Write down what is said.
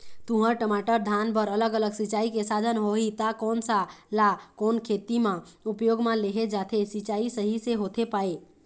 तुंहर, टमाटर, धान बर अलग अलग सिचाई के साधन होही ता कोन सा ला कोन खेती मा उपयोग मा लेहे जाथे, सिचाई सही से होथे पाए?